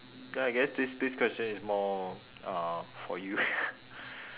then I guess this this question is more uh for you